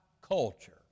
culture